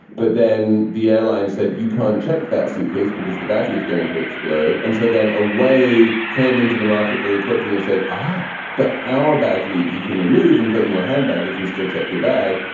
but then the airline said, you can check that suitcase because the battery is going to explode. and so then away came into the market very quickly and said, um ah, but our battery, you can remove and put in your hand baggage and still check your bag.